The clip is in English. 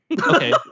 okay